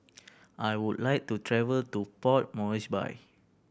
I would like to travel to Port Moresby